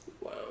Wow